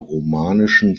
romanischen